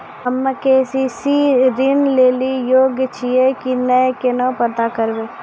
हम्मे के.सी.सी ऋण लेली योग्य छियै की नैय केना पता करबै?